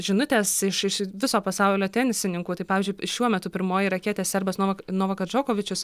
žinutės iš iš viso pasaulio tenisininkų tai pavyzdžiui šiuo metu pirmoji raketė serbas novak novakas džokovičius